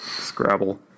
Scrabble